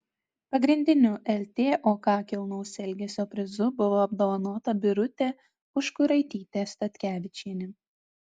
pagrindiniu ltok kilnaus elgesio prizu buvo apdovanota birutė užkuraitytė statkevičienė